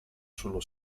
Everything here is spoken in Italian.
sullo